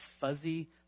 fuzzy